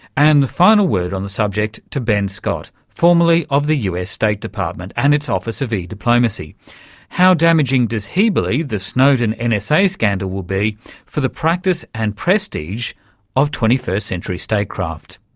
and the final word on the subject to ben scott, formerly of the us state department and its office of e-diplomacy. how damaging does he believe the snowden nsa and so scandal will be for the practice and prestige of twenty first century statecraft?